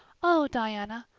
oh, diana,